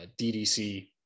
DDC